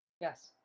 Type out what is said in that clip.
Yes